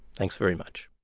thanks very much